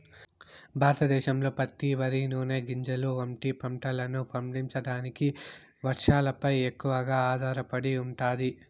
భారతదేశంలో పత్తి, వరి, నూనె గింజలు వంటి పంటలను పండించడానికి వర్షాలపై ఎక్కువగా ఆధారపడి ఉంటాది